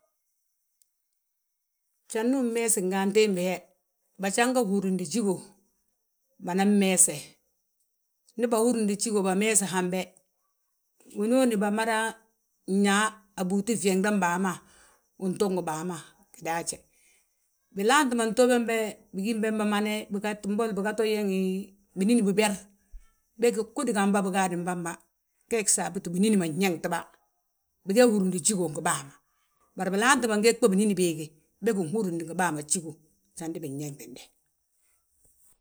Jandu unmeesi nga antimbi he, bajanga húrindi jígo, banan meese. Ndi bahúrndi jígo, bameese hambe, winooni bamadan yaa, a búuti fyeeŋdem baa ma, win to ngi baa ma gidaaje. Bilaanti ma ntoo be, bigim bembe mane, biga, mboli biga to yeeŋi binín biber. Bége gudi gamba bigaadi bamba. Geegi saabuti binín ma nyeetibà, bige húrndi bjígo ngi bàa ma. Bari bilaanti ma ngeg bommu binín béege, bége nhúrindi ngi bàa ma bjígo, jandi binyeeŋdinde.